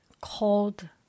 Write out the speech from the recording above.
called